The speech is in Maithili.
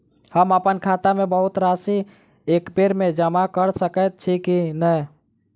हम अप्पन खाता मे बहुत राशि एकबेर मे जमा कऽ सकैत छी की नै?